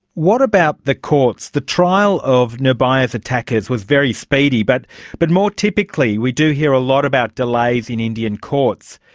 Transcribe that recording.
what about the courts? the trial of nirbhaya's attackers was very speedy, but but more typically we do hear a lot about delays in indian courts.